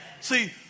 See